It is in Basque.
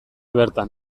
bertan